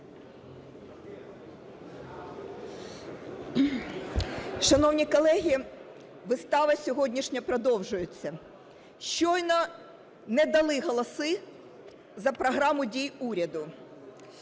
Шановні колеги, вистава сьогоднішня продовжується. Щойно не дали голоси за програму дій уряду.